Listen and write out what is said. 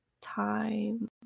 time